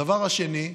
הדבר השני,